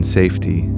safety